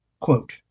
Quote